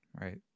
Right